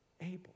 able